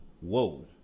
whoa